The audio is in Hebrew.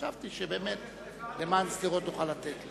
חשבתי שלמען שדרות נוכל לתת לו.